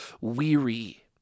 weary